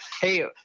hey